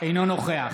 אינו נוכח